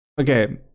Okay